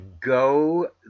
go